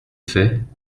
fait